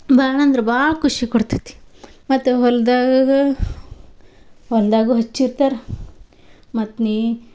ಭಾಳ ಅಂದ್ರೆ ಭಾಳ ಖುಷಿ ಕೊಡ್ತೈತಿ ಮತ್ತು ಹೊಲದಾಗ ಹೊಲದಾಗು ಹಚ್ಚಿರ್ತಾರೆ ಮತ್ತು ನೀ